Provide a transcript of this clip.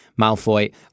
Malfoy